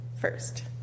First